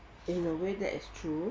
in a way that is true